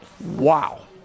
Wow